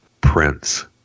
prince